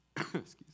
Excuse